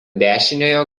dešiniojo